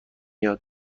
یاد